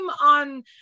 on